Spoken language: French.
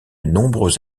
nombreux